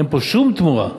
אין פה שום תמורה.